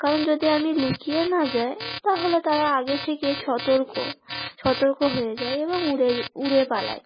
কারণ যদি আমি লুকিয়ে না যাই তাহলে তারা আগে থেকে সতর্ক সতর্ক হয়ে যায় এবং উড়ে উড়ে পালায়